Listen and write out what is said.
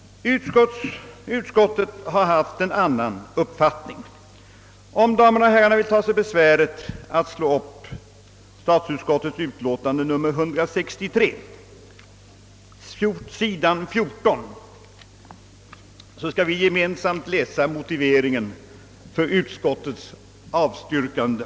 Utskottet har haft en annan uppfattning. Om kammarens ledamöter vill göra sig besväret att slå upp statsutskottets utlåtande nr 163, sid. 14, skall vi gemensamt läsa motiveringen för utskottets avstyrkande.